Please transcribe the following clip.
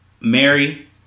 Mary